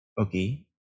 Okay